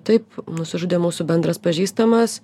taip nusižudė mūsų bendras pažįstamas